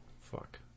fuck